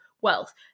wealth